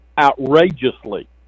outrageously